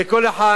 וכל אחד,